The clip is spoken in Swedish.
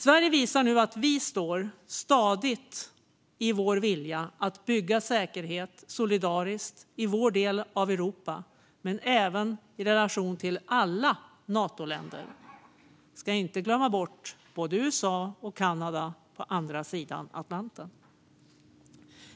Sverige visar nu att vi står stadigt i vår vilja att bygga säkerhet solidariskt i denna del av Europa men också i relation till alla Natoländer; vi ska inte glömma bort USA och Kanada på andra sidan Atlanten.